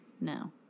No